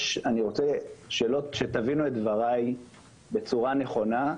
אני רוצה שתבינו את דבריי בצורה נכונה,